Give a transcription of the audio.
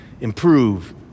improve